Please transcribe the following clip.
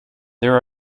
there